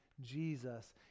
Jesus